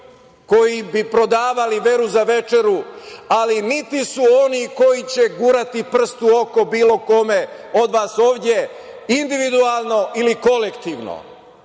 koji bi prodavali veru za večeru, niti su oni koji će gurati prst u oko bilo kome od vas ovde, individualno ili kolektivno.